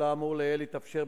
כל האמור לעיל התאפשר,